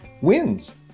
wins